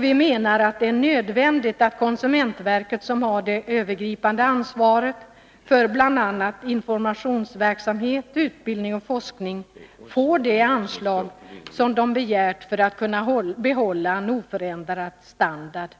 Vi menar att det är nödvändigt att konsumentverket, som har det övergripande ansvaret för bl.a. informationsverksamhet, utbildning och forskning, får det anslag som konsumentverket har begärt för att kunna behålla en oförändrad standard.